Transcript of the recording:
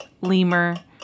lemur